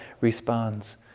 responds